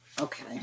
Okay